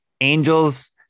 angels